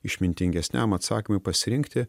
išmintingesniam atsakymui pasirinkti